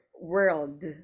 world